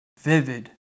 vivid